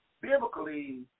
biblically